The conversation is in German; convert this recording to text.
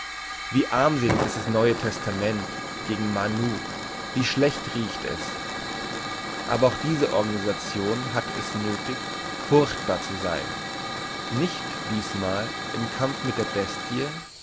wie armselig ist das neue testament gegen manu wie schlecht riecht es aber auch diese organisation hatte nöthig furchtbar zu sein nicht dies mal im kampf mit der bestie